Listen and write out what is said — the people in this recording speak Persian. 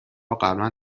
قبلا